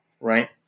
right